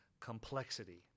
complexity